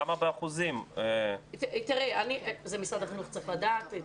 את האחוזים משרד החינוך צריך לדעת.